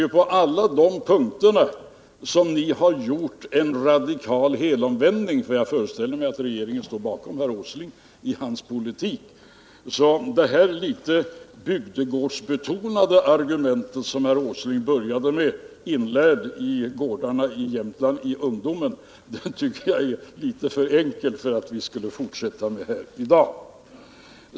På alla de punkterna har ni gjort en radikal helomvändning, för jag föreställer mig att regeringen står bakom herr Åsling i hans politik. Den där litet bygdegårdsbetonade argumenteringen som herr Åsling började med, inlärd i hembygdsgårdarna i Jämtland i ungdomen, tycker jag är litet för enkel för att man skall fortsätta med den här i dag.